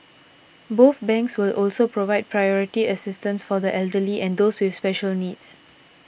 both banks will also provide priority assistance for the elderly and those with special needs